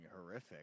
horrific